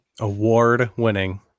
award-winning